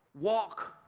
walk